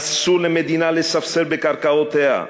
אסור למדינה לספסר בקרקעותיה,